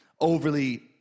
overly